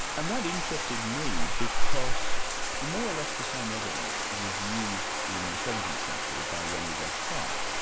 and that interested me because more or less the same evidence was used in the seventeenth century by rene descartes,